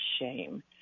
shame